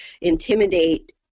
intimidate